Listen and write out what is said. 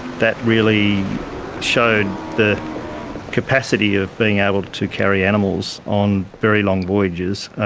that really showed the capacity of being able to carry animals on very long voyages,